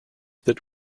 that